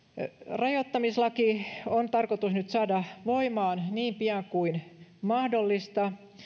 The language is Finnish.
rajoittamislaki on tarkoitus nyt saada voimaan niin pian kuin mahdollista